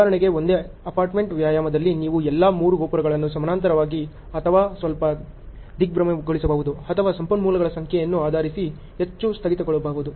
ಉದಾಹರಣೆಗೆ ಒಂದೇ ಅಪಾರ್ಟ್ಮೆಂಟ್ ವ್ಯಾಯಾಮದಲ್ಲಿ ನೀವು ಎಲ್ಲಾ 3 ಗೋಪುರಗಳನ್ನು ಸಮಾನಾಂತರವಾಗಿ ಅಥವಾ ಸ್ವಲ್ಪ ದಿಗ್ಭ್ರಮೆಗೊಳಿಸಬಹುದು ಅಥವಾ ಸಂಪನ್ಮೂಲಗಳ ಸಂಖ್ಯೆಯನ್ನು ಆಧರಿಸಿ ಹೆಚ್ಚು ಸ್ಥಗಿತಗೊಳ್ಳಬಹುದು